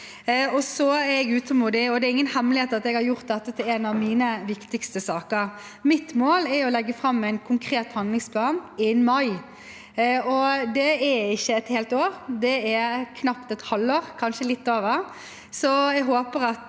Jeg er utålmodig, og det er ingen hemmelighet at jeg har gjort dette til en av mine viktigste saker. Mitt mål er å legge fram en konkret handlingsplan innen mai, og det er ikke et helt år til. Det er knapt et halvår til, kanskje litt mer.